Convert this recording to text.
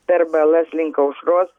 per balas link aušros